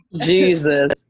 Jesus